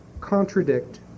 contradict